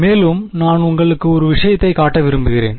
மேலும் நான் உங்களுக்கு ஒரு விஷயத்தைக் காட்ட விரும்புகிறேன்